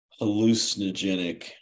hallucinogenic